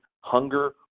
hunger